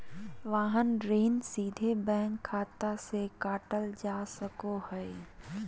वाहन ऋण सीधे बैंक खाता से काटल जा सको हय